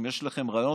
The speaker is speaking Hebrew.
אם יש לכם רעיונות,